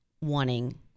wanting